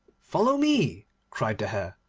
follow me cried the hare,